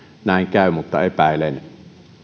näin käy mutta epäilen